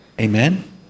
Amen